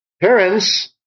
Parents